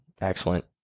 excellent